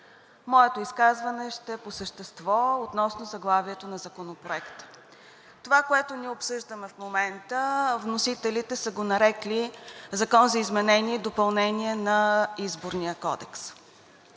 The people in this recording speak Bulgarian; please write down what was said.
Моето изказване ще е по същество относно заглавието на Законопроекта. Това, което ние обсъждаме в момента, вносителите са го нарекли „Закон за изменение и допълнение на Изборния кодекс“.